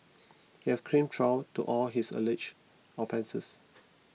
he has claimed trial to all his alleged offences